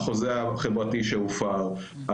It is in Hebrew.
החוזה החברתי שהופר,